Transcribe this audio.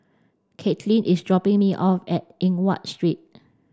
Katlin is dropping me off at Eng Watt Street